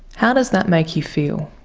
how does that make you feel?